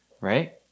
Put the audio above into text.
right